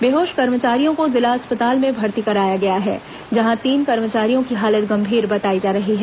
बेहोश कर्मचारियों को जिला अस्पताल में भर्ती कराया गया है जहां तीन कर्मचारियों की हालत गंभीर बताई जा रही है